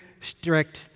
strict